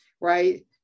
right